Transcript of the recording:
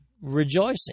rejoicing